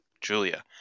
Julia